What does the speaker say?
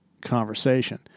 conversation